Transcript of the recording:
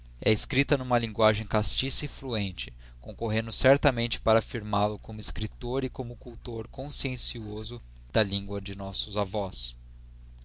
é escripta n'uma linguagem castiça e fluente concorrendo certamente para afbrmal o como escriptor e como cultor consciencioso da lingua de nossos avós